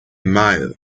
mile